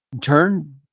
turn